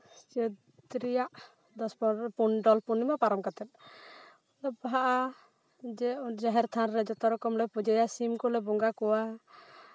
ᱪᱟᱹᱛ ᱨᱮᱭᱟᱜ ᱫᱚᱥ ᱯᱚᱱᱨᱚ ᱰᱚᱞ ᱯᱩᱨᱱᱤᱢᱟ ᱯᱟᱨᱚᱢ ᱠᱟᱛᱮ ᱵᱟᱦᱟᱜᱟ ᱡᱟᱦᱮᱨ ᱛᱷᱟᱱ ᱨᱮ ᱡᱚᱛᱚ ᱨᱚᱠᱚᱢ ᱞᱮ ᱯᱩᱡᱟᱹᱭᱟ ᱥᱤᱢ ᱠᱚᱞᱮ ᱵᱚᱸᱜᱟ ᱠᱚᱣᱟ